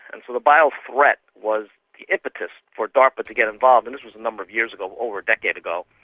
and so the bio-threat was the impetus for darpa to get involved, and this was a number of years ago, over a decade ago.